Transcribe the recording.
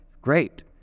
Great